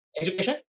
education